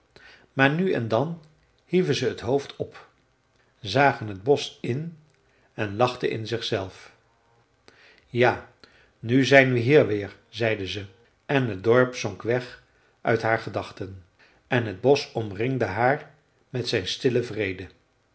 maar nu en dan hieven ze t hoofd op zagen t bosch in en lachten in zichzelf ja nu zijn we hier weer zeiden ze en het dorp zonk weg uit haar gedachten en t bosch omringde haar met zijn stillen vrede